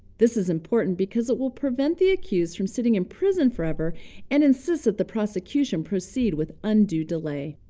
this is important because it will prevent the accused from sitting in prison forever and insists that the prosecution proceed with undue delay.